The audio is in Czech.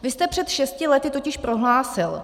Vy jste před šesti lety totiž prohlásil: